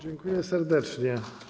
Dziękuję serdecznie.